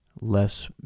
less